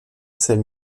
sel